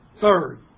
Third